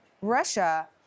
Russia